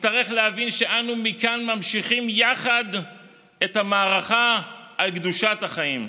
נצטרך להבין שאנו מכאן ממשיכים יחד את המערכה על קדושת החיים.